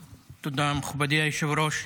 תודה, מכובדי היושב-הראש.